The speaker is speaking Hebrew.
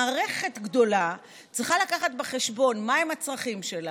מערכת גדולה צריכה להביא בחשבון מהם הצרכים שלה,